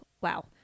Wow